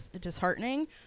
disheartening